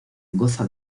goza